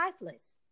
lifeless